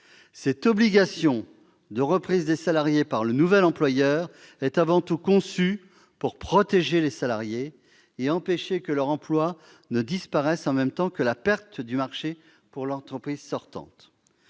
Cette obligation de reprise des salariés par le nouvel employeur est avant tout conçue pour protéger les salariés et empêcher que leur emploi ne disparaisse avec la perte du marché par l'entreprise sortante.